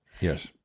Yes